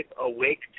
awake